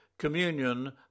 Communion